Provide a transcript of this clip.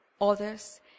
others